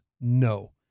No